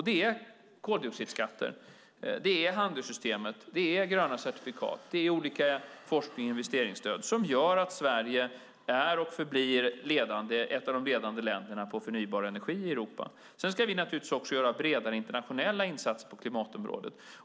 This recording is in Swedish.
Det är koldioxidskatter, handelssystemet, gröna certifikat samt olika forsknings och investeringsstöd som gör att Sverige är och förblir ett av de ledande länderna på förnybar energi i Europa. Sedan ska vi naturligtvis också göra bredare internationella insatser på klimatområdet.